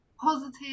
positive